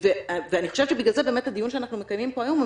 אני חושבת שבגלל זה הדיון שאנחנו מקיימים פה היום הוא